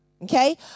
Okay